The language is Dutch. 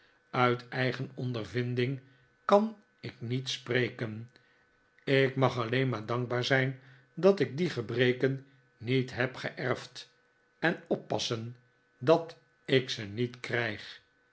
uit eigen ondervinding kan ik niet spreken ik mag alleen maar dankbaar zijn dat ik die gebreken niet heb geerfd en oppassen dat ik ze niet krijg